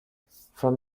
from